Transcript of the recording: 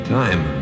time